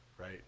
right